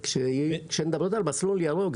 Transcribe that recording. כשמדברים על מסלול ירוק,